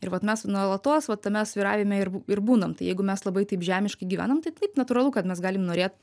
ir vat mes nuolatos vat tame svyravimai ir ir būnam tai jeigu mes labai taip žemiškai gyvenam tai taip natūralu kad mes galim norėt